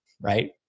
right